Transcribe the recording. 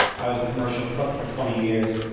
i was a commercial cook for twenty years.